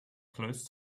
closed